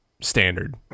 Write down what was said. standard